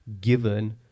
given